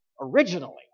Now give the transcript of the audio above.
originally